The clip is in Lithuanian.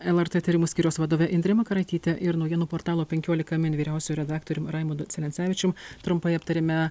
lrt tyrimų skyriaus vadove indre makaraityte ir naujienų portalo penkiolika min vyriausiuoju redaktorium raimondu celencevičium trumpai aptarėme